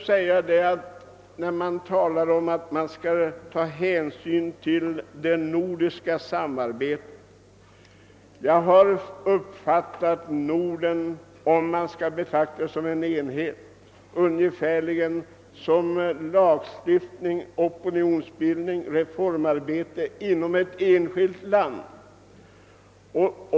Här har talats om att det behövs ett nordiskt samarbete. Jag uppfattar Norden som en enhet, där man kan lagstifta, driva opinionsbildning och införa reformer ungefär på samma sätt som i ett enskilt land.